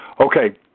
Okay